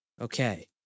Okay